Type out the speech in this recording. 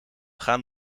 gaan